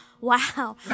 Wow